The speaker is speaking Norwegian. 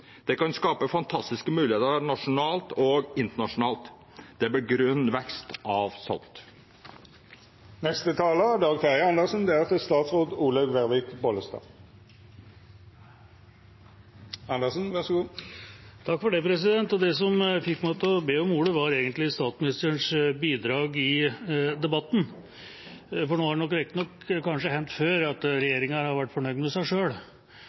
Det kan skape fantastiske muligheter både nasjonalt og internasjonalt. Det blir grønn vekst av slikt. Det som fikk meg til å be om ordet, var statsministerens bidrag i debatten. Det har riktignok kanskje hendt før at regjeringer har vært fornøyd med seg